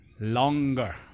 longer